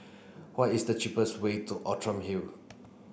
what is the cheapest way to Outram Hill